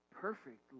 Perfect